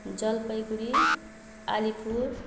Jalpaiguri Alipur